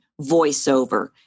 voiceover